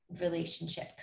relationship